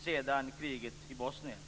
sedan kriget i Bosnien.